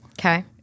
Okay